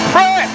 Pray